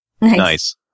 Nice